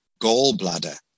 gallbladder